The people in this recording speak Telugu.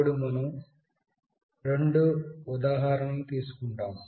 ఇప్పుడు మనం రెండు ఉదాహరణలు తీసుకుంటాము